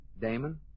Damon